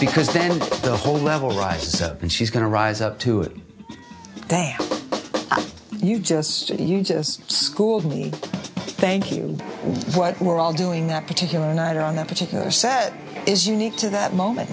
because then the whole level rises up and she's going to rise up to it thank you just said you just schooled me thank you what we're all doing that particular night on that particular set is unique to that moment